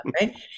right